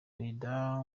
prezida